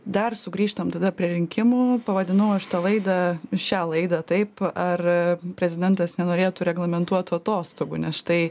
dar sugrįžtam tada prie rinkimų pavadinau aš tą laidą šią laidą taip ar prezidentas nenorėtų reglamentuotų atostogų nes štai